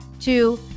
Two